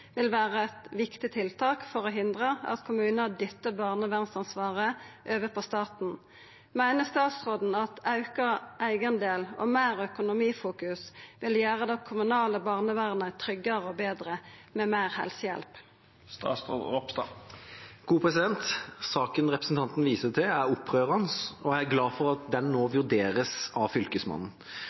vil vere eit viktig tiltak for å hindre at kommunar dyttar barnevernansvaret over på staten. Meiner statsråden at auka eigendel og meir økonomifokus vil gjere det kommunale barnevernet tryggare og betre, med meir helsehjelp?» Saken representanten viser til, er opprørende, og jeg er glad for at den nå vurderes av Fylkesmannen.